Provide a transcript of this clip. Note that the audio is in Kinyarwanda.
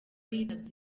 yitabye